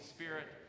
Spirit